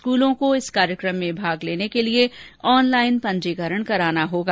स्कूलों को इस कार्यक्रम में भाग लेने के लिए ऑनलाइन पंजीकरण कराना होगा